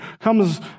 comes